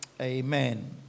Amen